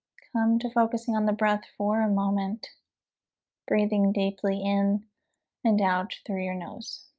come to focusing on the breath for a moment breathing deeply in and out through your nose